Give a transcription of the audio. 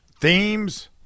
themes